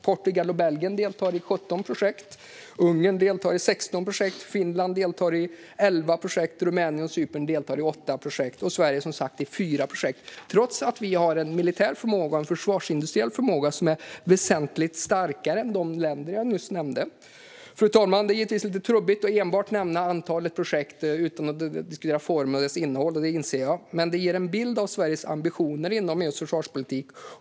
Portugal och Belgien deltar i 17 projekt, Ungern deltar i 16 projekt, Finland deltar i 11 projekt, Rumänien och Cypern deltar i 8 projekt och Sverige som sagt i 4 projekt. Det är trots att vi har en militär förmåga och en försvarsindustriell förmåga som är väsentligt starkare än de länder jag nyss nämnde. Fru talman Det är givetvis lite trubbigt att bara nämna antalet projekt utan att diskutera formen och deras innehåll, och det inser jag. Men det ger en bild av Sveriges ambitioner inom EU:s försvarspolitik.